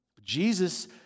Jesus